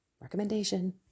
recommendation